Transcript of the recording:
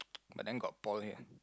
but then got Paul